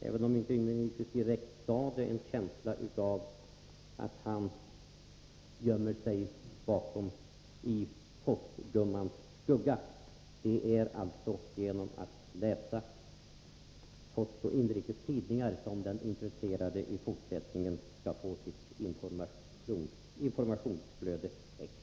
Även om inte Yngve Nyquist sade det direkt har jag en känsla av att han gömmer sig i den s.k. Postgummans skugga. Det är alltså genom att läsa Postoch Inrikes Tidningar som den intresserade i fortsättningen skall få sitt informationsbehov täckt.